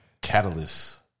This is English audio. catalyst